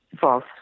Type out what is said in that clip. false